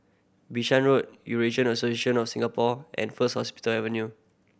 Bishan Road Eurasian Association Singapore and First Hospital Avenue